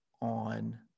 on